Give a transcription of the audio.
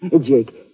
Jake